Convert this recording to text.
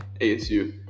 ASU